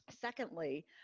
Secondly